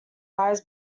lies